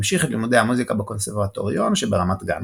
המשיך את לימודי המוזיקה בקונסרבטוריון שברמת גן.